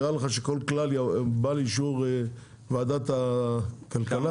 נראה לך שכל כלל בא לאישור וועדת הכלכלה?